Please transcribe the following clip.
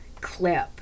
clip